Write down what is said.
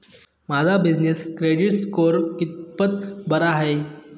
माझा business credit score कितपत बरा आहे?